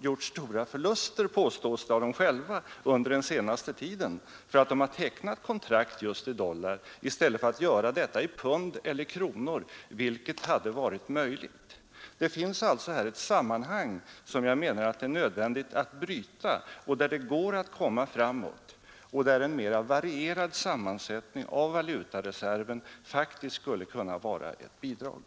gjort stora förluster — påstår de själva — under den senaste tiden därför att de tecknat kontrakt just i dollar i stället för i pund eller i kronor, vilket hade varit möjligt. Det finns alltså här ett sammanhang som jag menar att det är nödvändigt att bryta, där det går att komma framåt och där en mera varierad sammansättning av valutareserven faktiskt skulle kunna vara att föredra.